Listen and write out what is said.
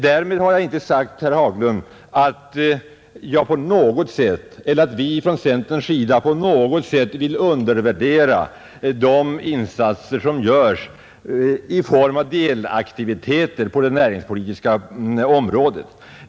Därmed har jag inte sagt, herr Haglund, att vi från centerpartiets sida på något sätt vill undervärdera de insatser som görs i form av delaktiviteter på det näringspolitiska området.